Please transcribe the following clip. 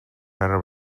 her